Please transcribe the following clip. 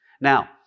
now